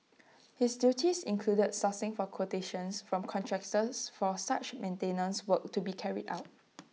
his duties included sourcing for quotations from contractors for such maintenance works to be carried out